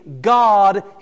God